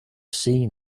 seen